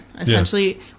essentially